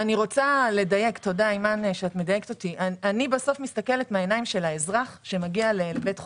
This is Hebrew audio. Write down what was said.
אני רוצה לדייק - אני מסתכלת מהעיניים של האזרח שמגיע לבית חולים.